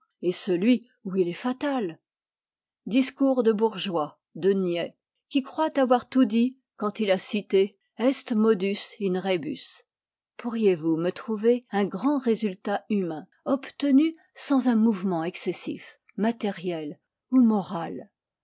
et celui où il est fatal discours de bourgeois de niais qui croit avoir tout dit quand il a cité est modus in rébus pourriez-vous me trouver un grand résultat humain obtenu sans un mouvement excessif matériel ou moral